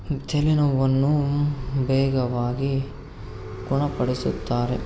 ತಲೆನೋವನ್ನು ಬೇಗವಾಗಿ ಗುಣಪಡಿಸುತ್ತಾರೆ